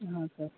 हाँ सर